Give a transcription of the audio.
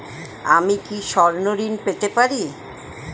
আমি কি স্বর্ণ ঋণ পেতে পারি?